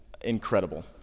incredible